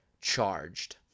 charged